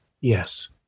Yes